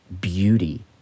beauty